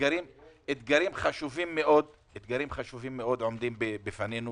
אתגרים חשובים מאוד עומדים בפנינו,